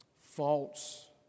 false